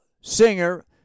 singer